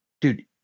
dude